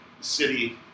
city